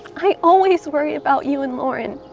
i always worry about you and lauren.